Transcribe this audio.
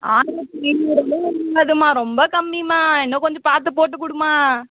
ஆயிரத்தி ஏழ்நூற்றம்பதே முடியாதும்மா ரொம்ப கம்மிம்மா இன்னும் கொஞ்சம் பார்த்து போட்டு கொடும்மா